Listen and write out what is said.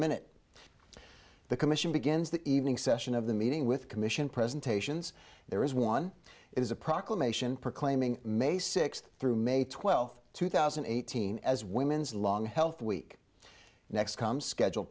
minute the commission begins the evening session of the meeting with commission presentations there is one is a proclamation proclaiming may sixth through may twelfth two thousand and eighteen as women's long health week next come schedule